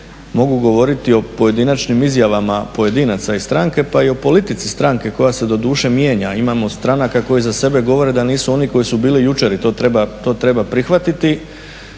Mogu govoriti o pojedinačnim izjavama pojedinaca i stranke, pa i o politici stranke koja se doduše mijenja. Imamo stranaka koje za sebe govore da nisu oni koji su bili jučer i to treba prihvatiti,